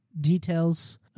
details